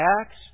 acts